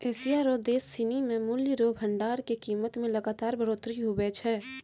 Asia रो देश सिनी मे मूल्य रो भंडार के कीमत मे लगातार बढ़ोतरी हुवै छै